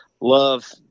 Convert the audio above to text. love